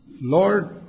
Lord